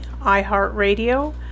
iHeartRadio